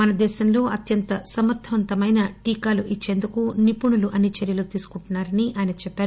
మన దేశంలో అత్యంత సమర్థవంతమైన టీకాలు ఇచ్చేందుకు నిపుణులు అన్ని చర్యలూ తీసుకున్నారని ఆయన చెప్పారు